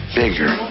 bigger